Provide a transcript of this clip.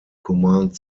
command